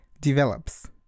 develops